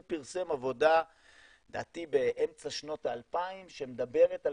הוא פרסם עבודה לדעתי באמצע שנות ה-2000 שמדברת על